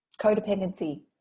Codependency